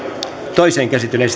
toiseen käsittelyyn